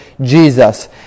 Jesus